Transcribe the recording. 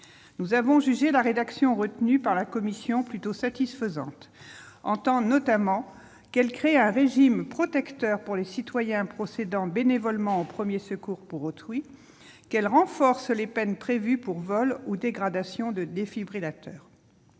Nous avons jugé la rédaction retenue par la commission plutôt satisfaisante. Elle crée notamment un régime protecteur pour les citoyens procédant bénévolement aux premiers secours sur autrui et elle renforce les peines prévues pour vol ou dégradation de défibrillateur.